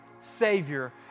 savior